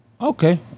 okay